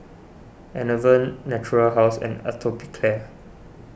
Enervon Natura House and Atopiclair